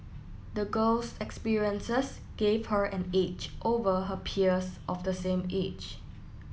the girl's experiences gave her an edge over her peers of the same age